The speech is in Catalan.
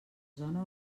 zona